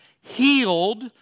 healed